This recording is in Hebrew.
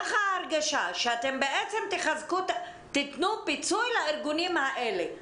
זו ההרגשה, שאתם תיתנו פיצוי לארגונים האלה.